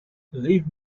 leave